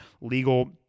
legal